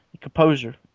composer